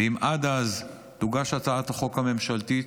ואם עד אז תוגש הצעת החוק הממשלתית,